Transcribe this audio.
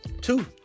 Two